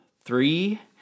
three